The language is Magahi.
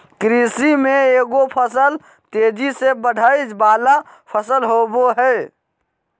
कृषि में एगो फसल तेजी से बढ़य वला फसल होबय हइ